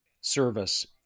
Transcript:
service